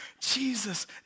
Jesus